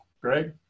Greg